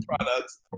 products